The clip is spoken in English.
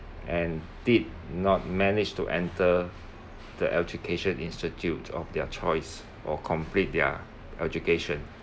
and did not manage to enter the education institute of their choice or complete their education